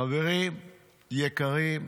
חברים יקרים,